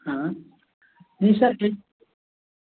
हँ नहीं सर